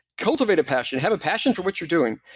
cultivate a passion, have a passion for what you're doing.